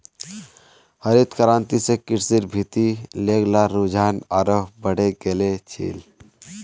हरित क्रांति स कृषिर भीति लोग्लार रुझान आरोह बढ़े गेल छिले